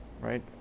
right